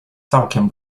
całkiem